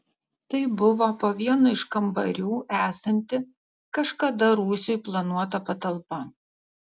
tai buvo po vienu iš kambarių esanti kažkada rūsiui planuota patalpa